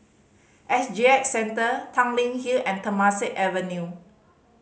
S G X Centre Tanglin Hill and Temasek Avenue